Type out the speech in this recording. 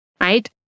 right